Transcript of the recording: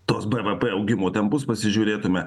tuo bvp augimo tempus pasižiūrėtume